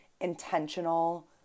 intentional